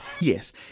Yes